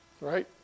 Right